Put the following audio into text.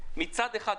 מצד אחד,